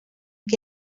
que